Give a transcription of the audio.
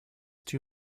two